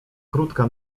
krótka